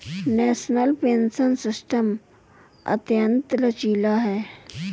national pension system अत्यंत लचीला है